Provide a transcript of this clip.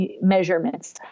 measurements